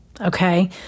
Okay